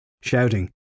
shouting